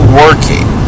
working